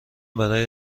برای